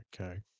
Okay